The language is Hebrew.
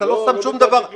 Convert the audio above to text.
ואתה לא שם שום דבר --- לא,